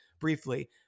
briefly